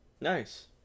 Nice